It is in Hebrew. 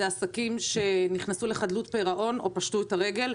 זה עסקים שנכנסו לחדלות פירעון או פשוט את הרגל.